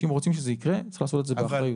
שאם רוצים שזה יקרה, צריך לעשות את זה באחריות.